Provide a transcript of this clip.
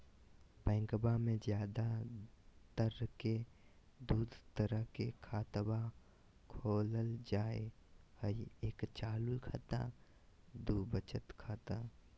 बैंकवा मे ज्यादा तर के दूध तरह के खातवा खोलल जाय हई एक चालू खाता दू वचत खाता